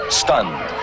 stunned